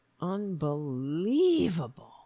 Unbelievable